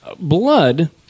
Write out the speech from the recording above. blood